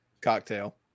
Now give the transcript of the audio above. Cocktail